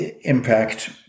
impact